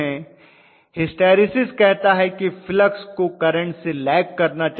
hysteresis कहता है कि फ्लक्स को करंट से lag करना चाहिए